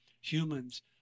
humans